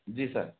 जी sir